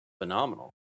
phenomenal